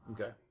Okay